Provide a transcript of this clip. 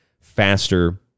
faster